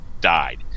died